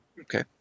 Okay